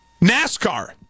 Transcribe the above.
NASCAR